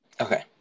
okay